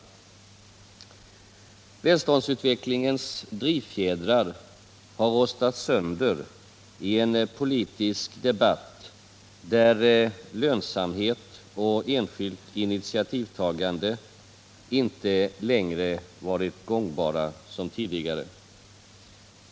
Välståndsutvecklingens drivfjäder har rostat sönder i en politisk debatt, där lönsamhet och enskilt initiativtagande inte längre har varit lika gångbara som tidigare.